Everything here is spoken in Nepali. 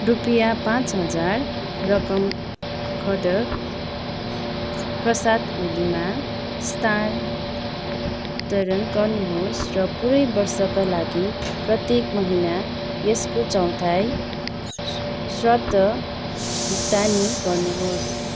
रुपियाँ पाँच हजार रकम खड्कप्रसाद ओलीमा स्थानतरण गर्नुहोस् र पुरै वर्षका लागि प्रत्येक महिना यसको चौथाई स्वतः भुक्तानी गर्नुहोस्